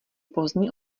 pozdní